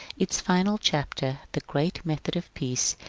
its final chapter, the great method of peace,